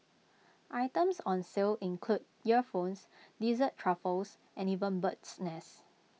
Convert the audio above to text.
items on sale include earphones dessert truffles and even bird's nest